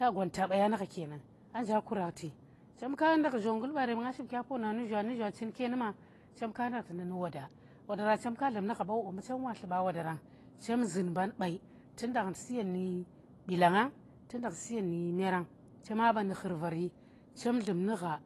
Ta gwaanta baya nu gha kenan aa nja kurakhti, chemka ndakh zhongnggul barem, nga shim ka poonan na zhwa, nu zhwa chinke numa chem ka ndakhti nda nu woda, wodara chemka dlab nu gha ba owo, mbu ta tluba wodara, chem zum mban bai tu ndaikh suyen nu bilanga tu ndakh suyen nu meera, chema banu khur vari chem dlum nu gha.